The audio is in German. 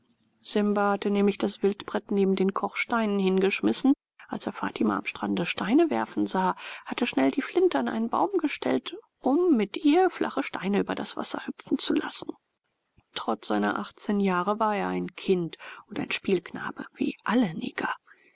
simba hatte nämlich das wildbret neben den kochsteinen hingeschmissen als er fatima am strande steine werfen sah hatte schnell die flinte an einen baum gestellt um mit ihr flache steine über das wasser hüpfen zu lassen trotz seiner achtzehn jahre war er ein kind und ein spielknabe wie alle neger